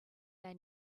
they